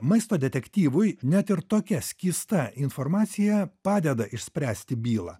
maisto detektyvui net ir tokia skysta informacija padeda išspręsti bylą